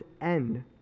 end